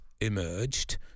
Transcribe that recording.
emerged